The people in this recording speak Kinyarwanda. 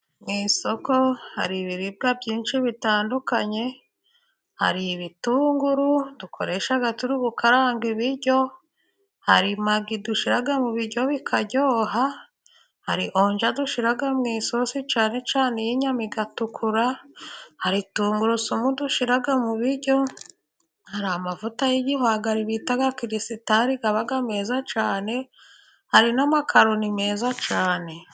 Mu isoko hari ibiribwa byinshi bitandukanye. Hari ibitunguru dukoresha turi gukaranga ibiryo, hari magi dushyira mu biryo bikaryoha, hari onja dushyira mu isosi, cyane cyane y'inyama igatukura, hari tungurusumu dushyira mu biryo, hari amavuta y'igihwagari bita kirisitari aba meza cyane. Hari n'amakaroni meza cyane.